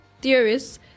theorists